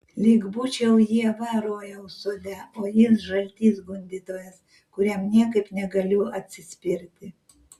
lyg būčiau ieva rojaus sode o jis žaltys gundytojas kuriam niekaip negaliu atsispirti